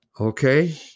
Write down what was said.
Okay